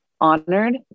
honored